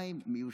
מטבחיים מיושן.